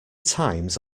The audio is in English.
times